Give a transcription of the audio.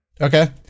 Okay